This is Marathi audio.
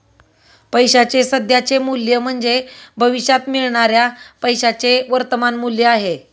पैशाचे सध्याचे मूल्य म्हणजे भविष्यात मिळणाऱ्या पैशाचे वर्तमान मूल्य आहे